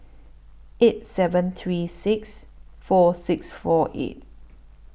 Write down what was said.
eight seven three six four six four eight